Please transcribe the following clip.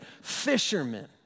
fishermen